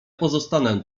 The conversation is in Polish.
pozostanę